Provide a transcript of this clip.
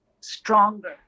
stronger